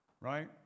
Right